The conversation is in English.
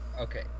Okay